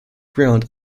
ground